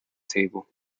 table